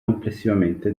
complessivamente